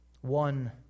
One